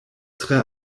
tre